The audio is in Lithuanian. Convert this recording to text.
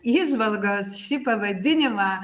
įžvalgos šį pavadinimą